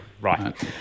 Right